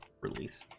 release